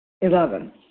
Eleven